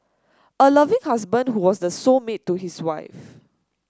a loving husband who was the soul mate to his wife